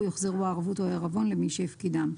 יוחזרו הערבות או העירבון למי שהפקידם.